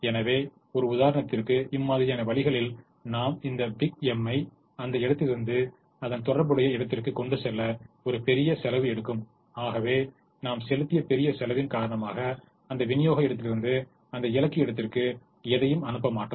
எனவே ஒரு உதாரணத்திற்கு இம்மாதிரியான வழிகளில் நாம் இந்த பிக் m ஐ அந்த இடத்திலிருந்து தொடர்புடைய இடத்திற்கு கொண்டு செல்ல ஒரு பெரிய செலவாகும் ஆகவே நாம் செலுத்திய பெரிய செலவின் காரணமாக அந்த விநியோக இடத்திலிருந்து அந்த இலக்கு இடத்திற்கு எதையும் அனுப்ப மாட்டோம்